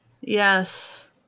Yes